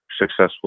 successful